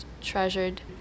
treasured